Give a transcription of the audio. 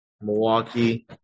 Milwaukee